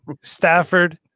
stafford